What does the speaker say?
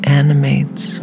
animates